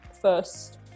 first